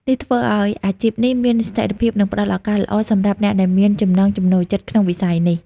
នេះធ្វើឱ្យអាជីពនេះមានស្ថិរភាព និងផ្តល់ឱកាសល្អសម្រាប់អ្នកដែលមានចំណង់ចំណូលចិត្តក្នុងវិស័យនេះ។